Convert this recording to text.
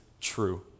true